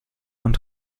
und